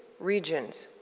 regions.